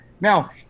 Now